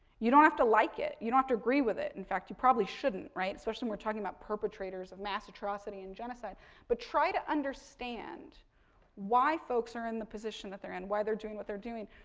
you don't have to like it, you don't have to agree with it. in fact, you probably shouldn't, right, especially when we're talking about perpetrators of mass atrocity and genocide. but, try to understand why folks are in the position that they're in, why they're doing what they're doing.